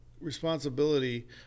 responsibility